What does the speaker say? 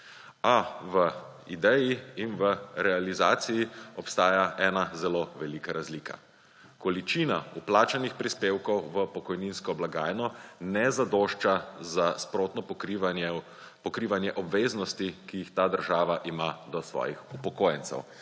A v ideji in v realizaciji obstaja ena zelo velika razlika; količina vplačanih prispevkov v pokojninsko blagajno ne zadošča za sprotno pokrivanje obveznosti, ki jih ta država ima do svojih upokojencev,